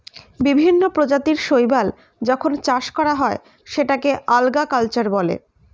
বিভিন্ন প্রজাতির শৈবাল যখন চাষ করা হয় সেটাকে আল্গা কালচার বলে